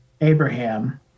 Abraham